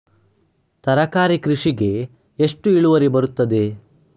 ತರಕಾರಿ ಕೃಷಿಗೆ ಎಷ್ಟು ಇಳುವರಿ ಬರುತ್ತದೆ?